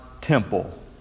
temple